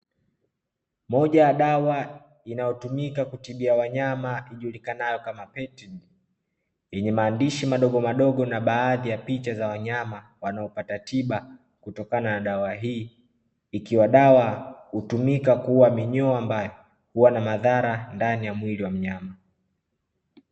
Moja ya dawa itumikayo kutibia wanyama ijulikanayo kama "PET D", yenye maandishi madogo madogo, na baadhi ya picha za wanyama wanaopata tiba kutokana na dawa hii, ikiwa dawa hutumika kuuwa minyoo ambao huwa na madhara ndani ya mwili wa mnyama.